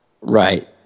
right